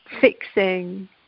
fixing